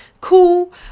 cool